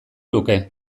luke